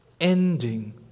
ending